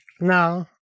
No